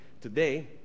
today